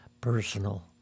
personal